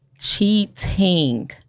Cheating